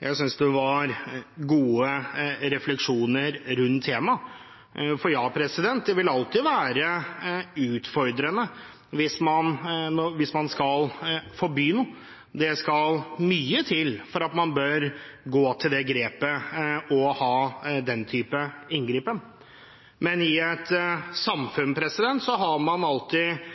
Jeg synes det var gode refleksjoner rundt temaet. For ja, det vil alltid være utfordrende hvis man skal forby noe. Det skal mye til for at man bør gå til det grepet å ha den type inngripen. Men i et samfunn har man alltid